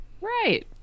right